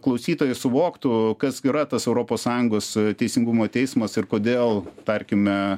klausytojai suvoktų kas yra tas europos sąjungos teisingumo teismas ir kodėl tarkime